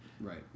right